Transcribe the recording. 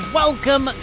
welcome